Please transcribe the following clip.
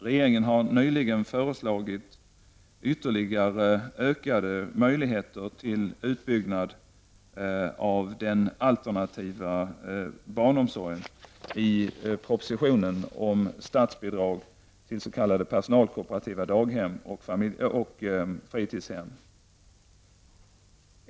Regeringen har nyligen föreslagit ytterligare ökade möjligheter till utbyggnad av den alternativa barnomsorgen i propositionen om statsbidrag till s.k. personalkooperativa daghem och fritidshem.